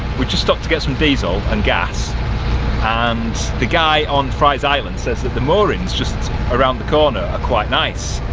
we just stopped to get some diesel and gas and the guy on fry's island says that the moorings just around the corner are quite nice.